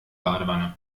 badewanne